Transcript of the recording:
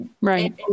Right